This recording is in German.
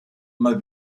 immer